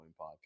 podcast